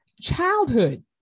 childhood